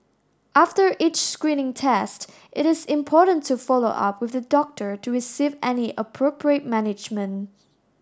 after each screening test it is important to follow up with the doctor to receive any appropriate management